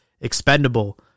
expendable